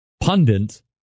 pundit